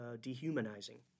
dehumanizing